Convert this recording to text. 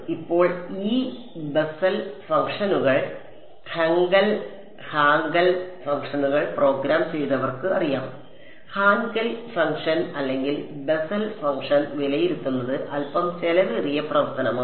ഇപ്പോൾ ഈ ബെസ്സൽ ഫംഗ്ഷനുകൾ ഹങ്കെൽ ഹാങ്കെൽ ഫംഗ്ഷനുകൾ പ്രോഗ്രാം ചെയ്തവർക്ക് അറിയാം ഹാൻകെൽ ഫംഗ്ഷൻ അല്ലെങ്കിൽ ബെസൽ ഫംഗ്ഷൻ വിലയിരുത്തുന്നത് അൽപ്പം ചെലവേറിയ പ്രവർത്തനമാണ്